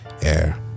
air